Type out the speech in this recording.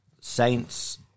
Saints